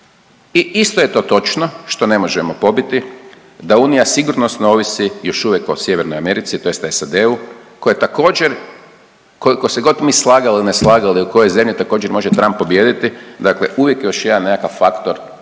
I isto je to točno, što ne možemo pobiti, da Unija sigurnosno ovisi još uvijek o Sjevernoj Americi, tj. SAD-u koja je također, koliko se god mi slagali ili ne slagali u koje zemlje također, može Trump pobijediti, dakle uvijek je još jedan nekakav faktor